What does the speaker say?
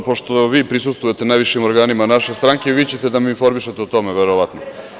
Dobro, pošto vi prisustvujete najvišim organima naše stranke, vi ćete da me informišete o tome, verovatno.